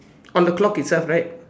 on the clock itself right